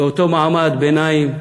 ואותו מעמד ביניים,